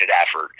effort